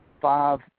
five